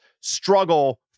struggle